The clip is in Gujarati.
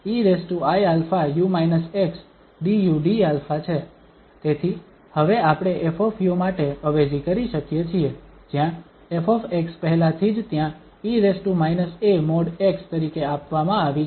તેથી હવે આપણે 𝑓 માટે અવેજી કરી શકીએ છીએ જ્યાં ƒ પહેલાથી જ ત્યાં e a|x| તરીકે આપવામાં આવી છે